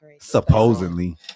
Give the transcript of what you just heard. Supposedly